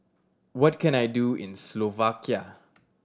what can I do in Slovakia